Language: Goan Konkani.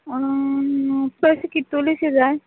पळय अशें कितुलेशें जाय